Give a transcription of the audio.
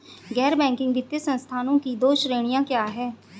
गैर बैंकिंग वित्तीय संस्थानों की दो श्रेणियाँ क्या हैं?